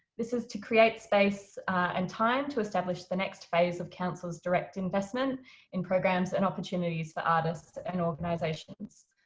this is to create space and time to establish the next phase of council's direct investment in programs and opportunities for artists and organisations.